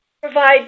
provide